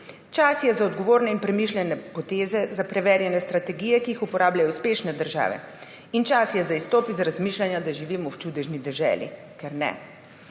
Čas je za odgovorne in premišljene poteze, za preverjene strategije, ki jih uporabljajo uspešne države. In čas je za izstop iz razmišljanja, da živimo v čudežni deželi, ker ne.